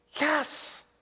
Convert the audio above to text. Yes